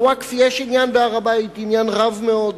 לווקף יש עניין בהר-הבית, עניין רב מאוד.